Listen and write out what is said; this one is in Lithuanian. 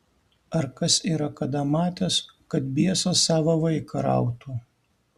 ar kas yra kada matęs kad biesas sava vaiką rautų